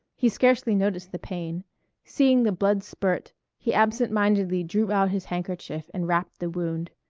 he scarcely noticed the pain seeing the blood spurt he absent-mindedly drew out his handkerchief and wrapped the wound.